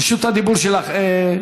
רשות הדיבור שלך.